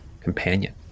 companion